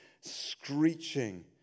screeching